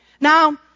Now